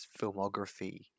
filmography